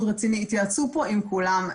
התייעצו פה עם כולם,